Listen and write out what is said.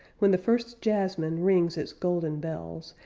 when the first jasmine rings its golden bells,